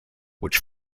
which